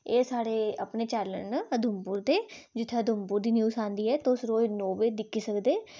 एह् साढ़े अपने चैनल न उधमपुर दे जित्थै उधमपुर दी न्यूज औंदी ऐ तुस रोज नौ बजे दिक्खी सकदे